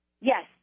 Yes